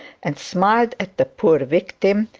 and smiled at the poor victim,